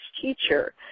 teacher